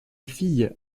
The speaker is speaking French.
fille